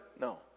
No